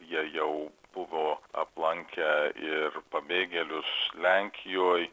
jie jau buvo aplankę ir pabėgėlius lenkijoj